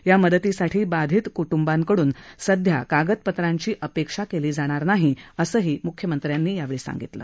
या मदतीसाठी बाधित क्ट्रंबांकडून सध्या कागदपत्रांची अपेक्षा केली जाणार नाही असं मुख्यमंत्र्यांनी सांगितलं